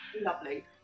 lovely